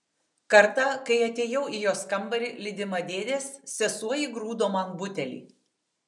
kartą kai atėjau į jos kambarį lydima dėdės sesuo įgrūdo man butelį